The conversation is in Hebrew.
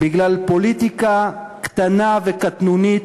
בגלל פוליטיקה קטנה וקטנונית,